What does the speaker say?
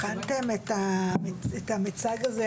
בחנתם את המיצג הזה,